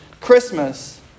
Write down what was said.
Christmas